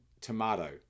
tomato